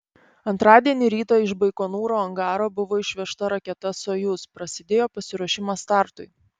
antradienį rytą iš baikonūro angaro buvo išvežta raketa sojuz prasidėjo pasiruošimas startui